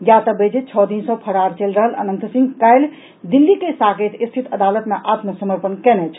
ज्ञातव्य अछि जे छओ दिन सँ फरार चलि रहल अनंत सिंह काल्हि दिल्ली के साकेत स्थित अदालत मे आत्मसमर्पण कयने छल